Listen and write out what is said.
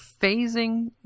phasing